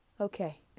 Okay